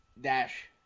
dash